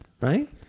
right